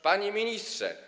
Panie Ministrze!